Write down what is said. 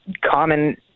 common